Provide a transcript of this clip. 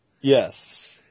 yes